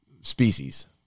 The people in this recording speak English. species